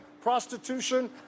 prostitution